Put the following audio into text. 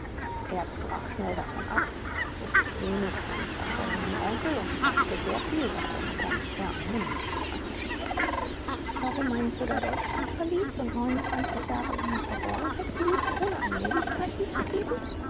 erb brach schnell davon ab wußte wenig von dem verschollenen onkel und fragte sehr viel was der mutter nicht sehr angenehm zu sein schien warum mein bruder deutschland verließ und neun jahre lang in verborgenheit blieb ohne ein lebenszeichen zu geben